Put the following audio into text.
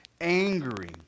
angry